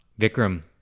Vikram